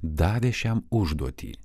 davė šiam užduotį